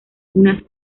unas